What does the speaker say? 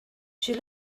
she